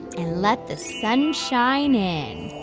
and let the sun shine in